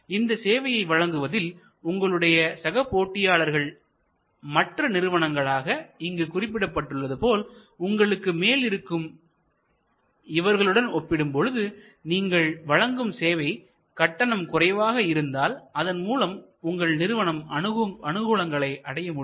இந்த சேவையை வழங்குவதில் உங்களுடைய சக போட்டியாளர்கள் மற்ற நிறுவனங்களாக இங்கு குறிப்பிடப்பட்டுள்ளது போல உங்களுக்கு மேல் இருக்கும் இவர்களுடன் ஒப்பிடும்பொழுது நீங்கள் வழங்கும் சேவை கட்டணம் குறைவாக இருந்தால் அதன் மூலம் உங்கள் நிறுவனம் அனுகூலங்களை அடைய முடியும்